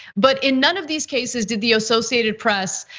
but in none of these cases did the associated press,